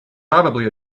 probably